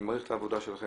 אני מעריך את העבודה שלכם,